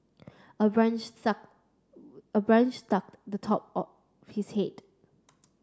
a branch suck a branch struck the top of his hid